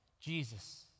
jesus